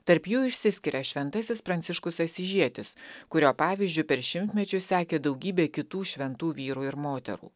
tarp jų išsiskiria šventasis pranciškus asyžietis kurio pavyzdžiu per šimtmečius sekė daugybė kitų šventų vyrų ir moterų